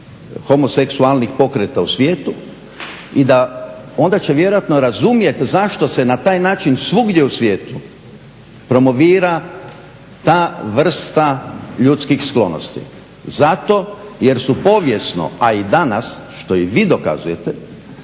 homoseksualnih pokreta u svijetu i onda će vjerojatno razumjet zašto se na taj način svugdje u svijetu promovira ta vrsta ljudskih sklonosti. Zato jer su povijesno, a i danas, što i vi dokazujete,